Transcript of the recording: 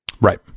right